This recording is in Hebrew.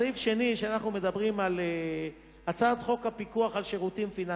סעיף שני הוא הצעת חוק הפיקוח על שירותים פיננסיים.